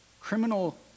criminal